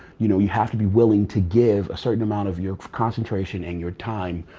you know, you have to be willing to give a certain amount of your concentration and your time,